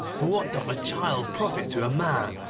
for what doth a child profit to a man?